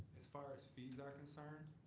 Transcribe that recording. as far as fees are concerned,